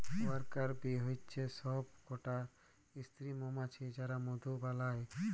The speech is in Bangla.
ওয়ার্কার বী হচ্যে সব কটা স্ত্রী মমাছি যারা মধু বালায়